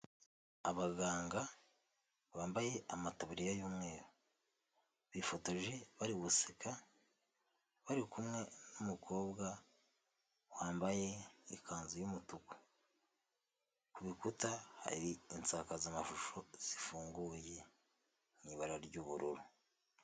Abaganga bambaye amatabiririya y'umweru bifotoje bari guseka bari kumwe n'umukobwa wambaye ikanzu y'umutuku ku urukuta hari insakazamashusho zifunguye y'ibara ry'ubururu.